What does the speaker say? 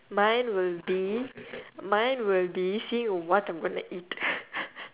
mine will be mine will be see what I'm gonna eat